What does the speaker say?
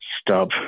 stop